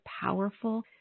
powerful